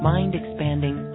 Mind-expanding